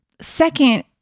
Second